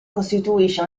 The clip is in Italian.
costituisce